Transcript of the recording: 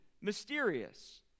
mysterious